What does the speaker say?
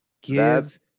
Give